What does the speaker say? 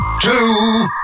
Two